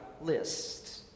list